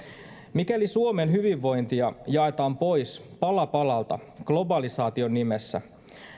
mikäli suomen hyvinvointia jaetaan pois pala palalta globalisaation nimessä